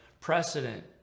precedent